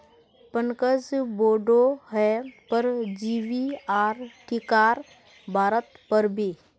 पंकज बोडो हय परजीवी आर टीकार बारेत पढ़ बे